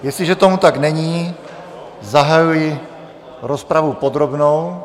Jestliže tomu tak není, zahajuji rozpravu podrobnou.